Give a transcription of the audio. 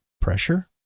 pressure